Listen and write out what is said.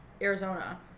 Arizona